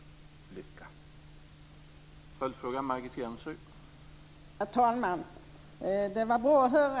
Lycka!